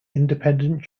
independent